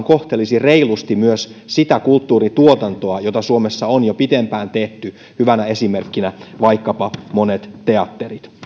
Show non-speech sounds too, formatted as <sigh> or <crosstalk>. <unintelligible> kohtelee reilusti myös sitä kulttuurituotantoa jota suomessa on jo pitempään tehty hyvänä esimerkkinä vaikkapa monet teatterit